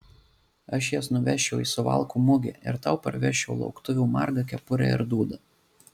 aš jas nuvežčiau į suvalkų mugę ir tau parvežčiau lauktuvių margą kepurę ir dūdą